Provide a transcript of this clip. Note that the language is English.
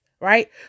right